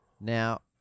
Now